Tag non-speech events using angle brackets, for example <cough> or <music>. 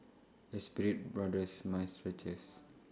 Espirit Brothers <unintelligible>